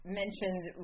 mentioned